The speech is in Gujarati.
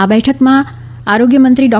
આ બેઠકમાં આરોગ્યમંત્રી ડો